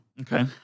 Okay